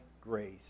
grace